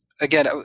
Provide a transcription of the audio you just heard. Again